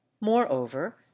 moreover